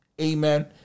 amen